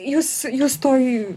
jūs jūs toj